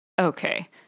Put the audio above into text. Okay